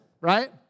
right